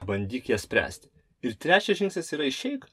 bandyk ją spręsti ir trečias žingsnis yra išeik